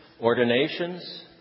ordinations